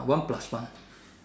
one plus one